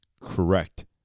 correct